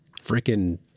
freaking